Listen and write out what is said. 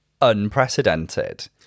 unprecedented